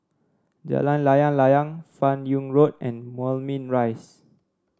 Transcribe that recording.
Jalan Layang Layang Fan Yoong Road and Moulmein Rise